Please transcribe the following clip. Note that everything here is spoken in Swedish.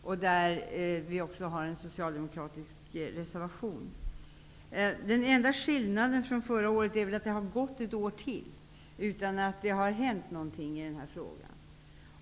Det finns också en socialdemokratisk reservation om detta i betänkandet. Den enda skillnaden från förra året är väl att det har gått ytterligare ett år utan att det har hänt något i denna fråga.